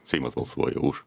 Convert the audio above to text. seimas balsuoja už